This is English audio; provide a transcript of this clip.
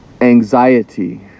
anxiety